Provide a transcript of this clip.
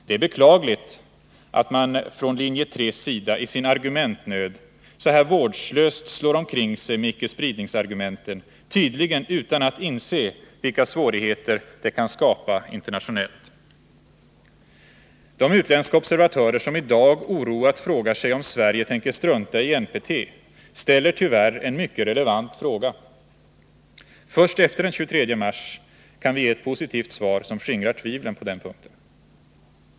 Det är beklagligt att man från linje 3:s sida i sin argumentnöd så här vårdslöst slår omkring sig med icke-spridningsargumenten — tydligen utan att inse vilka svårigheter det kan skapa internationellt. De utländska observatörer som i dag oroat frågar sig om Sverige tänker strunta i NPT ställer tyvärr en mycket relevant fråga. Först efter den 23 mars kan vi ge ett positivt svar som skingrar tvivlen på den punkten.